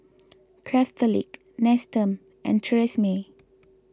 Craftholic Nestum and Tresemme